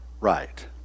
right